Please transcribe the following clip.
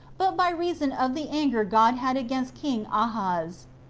but by reason of the anger god had against king ahaz.